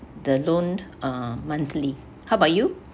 the loan uh monthly how about you